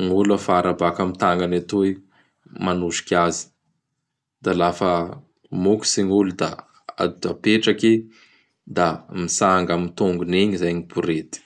gny olo afara baka amin'ñy tagnany atoy manosiky azy; da lafa mokotsy gny olo da apetraky i; da mitsanga amin'gny tongony igny izay gny borety.